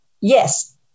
yes